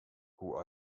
who